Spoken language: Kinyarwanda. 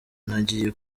ntagiye